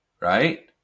right